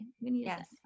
Yes